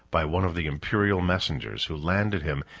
by one of the imperial messengers, who landed him,